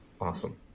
Awesome